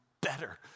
better